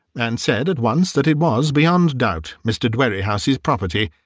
and said at once that it was beyond doubt mr. dwerrihouse's property,